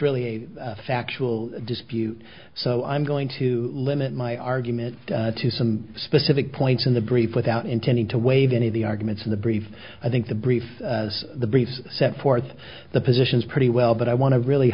really a factual dispute so i'm going to limit my argument to some specific points in the brief without intending to waive any of the arguments in the brief i think the briefs the briefs set forth the positions pretty well but i want to really